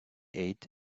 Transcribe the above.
ate